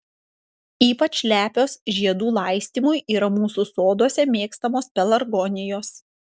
ypač lepios žiedų laistymui yra mūsų soduose mėgstamos pelargonijos